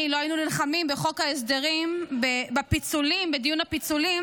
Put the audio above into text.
לא היינו נלחמים בחוק ההסדרים בדיון הפיצולים,